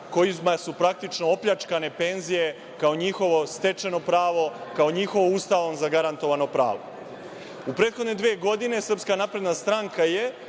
kojima su praktično opljačkane penzije, kao njihovo stečeno pravo, kao njihovo Ustavom zagarantovano pravo.U prethodne dve godine SNS je uprkos obećanju